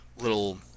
little